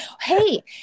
Hey